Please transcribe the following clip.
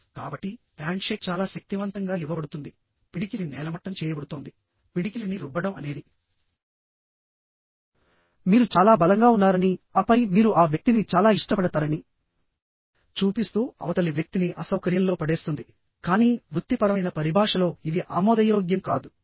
కాబట్టి హ్యాండ్షేక్ చాలా శక్తివంతంగా ఇవ్వబడుతుంది పిడికిలి నేలమట్టం చేయబడుతోంది పిడికిలిని రుబ్బడం అనేది మీరు చాలా బలంగా ఉన్నారని ఆపై మీరు ఆ వ్యక్తిని చాలా ఇష్టపడతారని చూపిస్తూ అవతలి వ్యక్తిని అసౌకర్యంలో పడేస్తుంది కానీ వృత్తిపరమైన పరిభాషలో ఇవి ఆమోదయోగ్యం కాదు